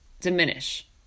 diminish